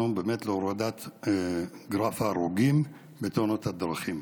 להורדת גרף ההרוגים בתאונות הדרכים.